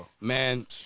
man